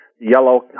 yellow